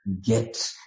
get